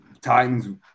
Titans